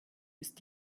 ist